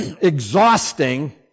exhausting